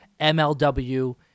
MLW